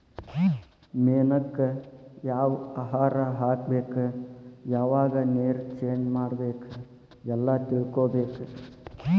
ಮೇನಕ್ಕ ಯಾವ ಆಹಾರಾ ಹಾಕ್ಬೇಕ ಯಾವಾಗ ನೇರ ಚೇಂಜ್ ಮಾಡಬೇಕ ಎಲ್ಲಾ ತಿಳಕೊಬೇಕ